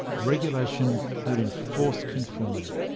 regulation would enforce conformity.